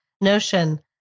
notion